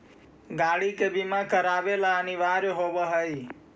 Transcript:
गाड़ि के बीमा करावे ला अनिवार्य होवऽ हई